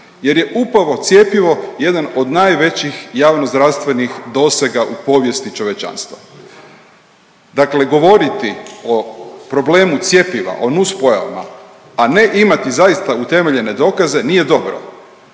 jer je upravo cjepivo jedan od najvećih javno zdravstvenih dosega u povijesti čovječanstva. Dakle, govoriti o problemu cjepiva, o nuspojavama a ne imati zaista utemeljene dokaze nije dobro.